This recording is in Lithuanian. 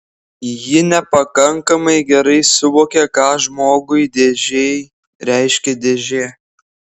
ji nepakankamai gerai suvokia ką žmogui dėžei reiškia dėžė